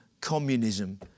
communism